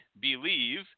believe